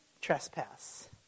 trespass